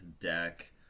deck